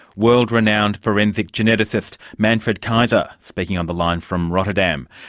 world renowned forensic geneticist manfred kayser, speaking on the line from rotterdam.